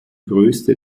größte